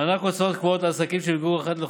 מענק הוצאות קבועות לעסקים שנפגעו,